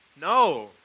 No